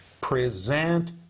Present